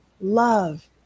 love